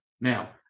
now